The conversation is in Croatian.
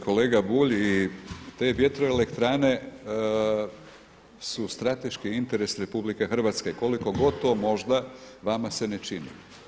Kolega Bulj i te vjetroelektrane su strateški interes RH koliko god to možda vama se ne čini.